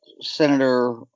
Senator